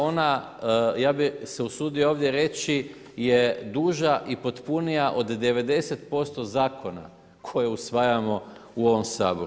Ona ja bih se usudio ovdje reći je duža i potpunija od 90% zakona koje usvajamo u ovom Saboru.